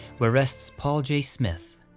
where rests paul j. smith.